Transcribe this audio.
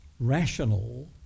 rational